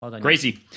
Crazy